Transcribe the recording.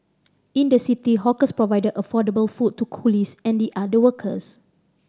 in the city hawkers provided affordable food to coolies and the other workers